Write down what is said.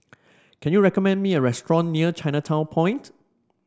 can you recommend me a restaurant near Chinatown Point